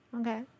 Okay